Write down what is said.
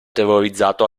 terrorizzato